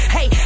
Hey